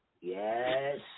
Yes